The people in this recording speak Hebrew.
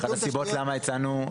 אחת הסיבות למה הצענו,